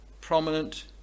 prominent